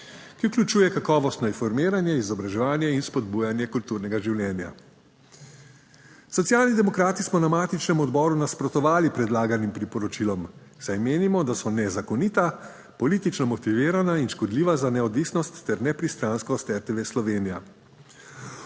ki vključuje kakovostno informiranje, izobraževanje in spodbujanje kulturnega življenja. Socialni demokrati smo na matičnem odboru nasprotovali predlaganim priporočilom, saj menimo, da so nezakonita, politično motivirana in škodljiva za neodvisnost ter nepristranskost RTV Slovenija.